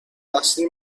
اصلی